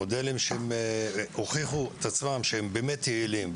מודלים שהוכיחו עצמם כיעילים,